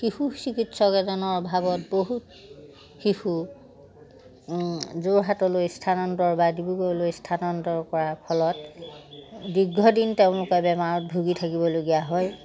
শিশু চিকিৎসক এজনৰ অভাৱত বহুত শিশু যোৰহাটলৈ স্থানান্তৰ বা ডিব্ৰুগড়লৈ স্থানান্তৰ কৰাৰ ফলত দীৰ্ঘদিন তেওঁলোকে বেমাৰত ভুগি থাকিবলগীয়া হয়